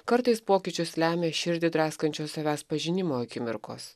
kartais pokyčius lemia širdį draskančios savęs pažinimo akimirkos